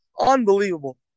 Unbelievable